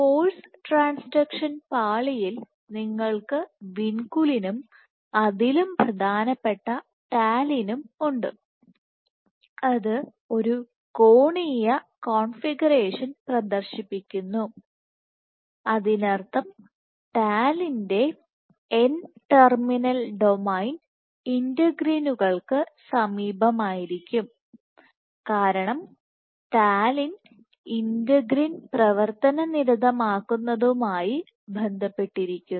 force transduction പാളിയിൽ നിങ്ങൾക്ക് വിൻകുലിനും അതിലും പ്രധാനപ്പെട്ട ടാലിനും ഉണ്ട് അത് ഒരു കോണീയ കോൺഫിഗറേഷൻ പ്രദർശിപ്പിക്കുന്നു അതിനർത്ഥം നിങ്ങൾ ടാലിന്റെ N ടെർമിനൽ ഡൊമെയ്ൻ ഇന്റഗ്രിനുകൾക്ക് സമീപമായിരിക്കും കാരണം ടാലിൻ ഇന്റഗ്രിൻ പ്രവർത്തനനിരതമാക്കുന്നതുമായിബന്ധപ്പെട്ടിരിക്കുന്നു